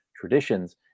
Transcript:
traditions